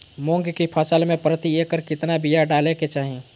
मूंग की फसल में प्रति एकड़ कितना बिया डाले के चाही?